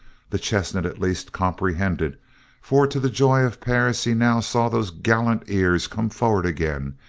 the chestnut, at least, comprehended for to the joy of perris he now saw those gallant ears come forward again,